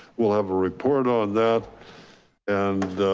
we'll have a report on that and